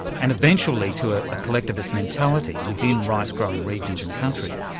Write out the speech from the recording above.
and eventually to a collectivist mentality within rice growing regions and countries.